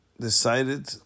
decided